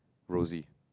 Rosie